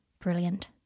Brilliant